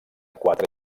quatre